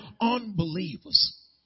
unbelievers